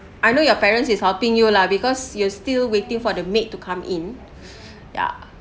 I know your parents is helping you lah because you're still waiting for the maid to come in yeah